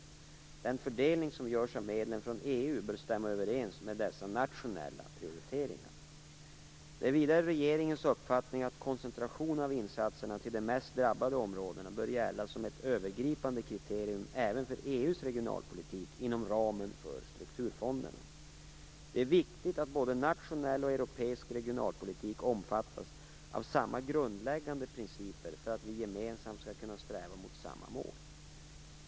Den fördelning som görs av medel från EU bör stämma överens med dessa nationella prioriteringar. Det är vidare regeringens uppfattning att koncentration av insatserna till de mest drabbade områdena bör gälla som ett övergripande kriterium även för Det är viktigt att både nationell och europeisk regionalpolitik omfattas av samma grundläggande principer för att vi gemensamt skall kunna sträva mot samma mål.